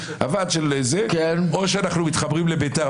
או שאנחנו מתחברים לביתר.